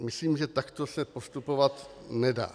Myslím, že takto se postupovat nedá.